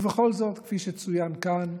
ובכל זאת, כפי שצוין כאן,